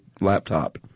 laptop